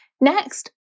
Next